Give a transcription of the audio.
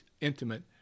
intimate